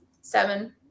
seven